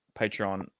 Patreon